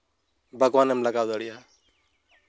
ᱵᱟᱜᱽᱣᱟᱱᱮᱢ ᱞᱟᱜᱟᱣ ᱫᱟᱲᱮᱭᱟᱜᱼᱟ